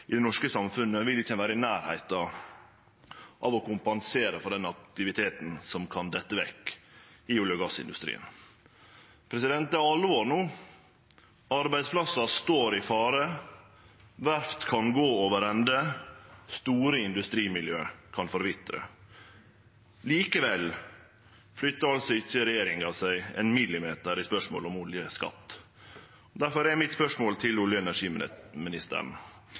i det norske samfunnet, vil ein ikkje vere i nærleiken av å kompensere for den aktiviteten som kan falle vekk i olje- og gassindustrien. Det er alvor no. Arbeidsplassar står i fare. Verft kan gå over ende, store industrimiljø kan forvitre. Likevel flyttar altså ikkje regjeringa seg ein millimeter i spørsmålet om oljeskatt. Difor er mitt spørsmål til olje-